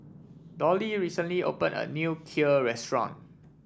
Dolly recently opened a new Kheer restaurant